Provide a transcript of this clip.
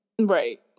Right